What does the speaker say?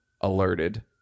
alerted